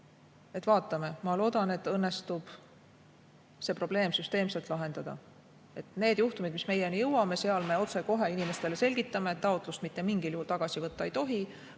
Vaatame. Ma loodan, et õnnestub see probleem süsteemselt lahendada. Nende juhtumite puhul, mis meieni jõuavad, me otsekohe inimestele selgitame, et taotlust mitte mingil juhul tagasi võtta ei tohi.